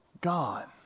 God